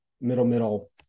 middle-middle